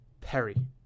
Perry